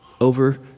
over